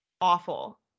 Awful